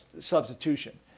substitution